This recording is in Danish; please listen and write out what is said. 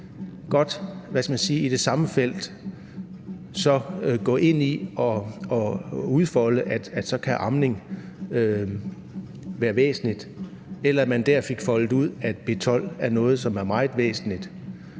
godt i det samme felt gå ind i at udfolde, at så kan amning være væsentligt, eller at man dér fik foldet ud, at B12 er noget, som er meget væsentligt.